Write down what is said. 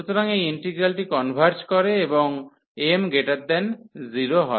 সুতরাং এই ইন্টিগ্রালটি কনভার্জ করে এবং m0 হয়